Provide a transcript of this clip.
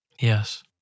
Yes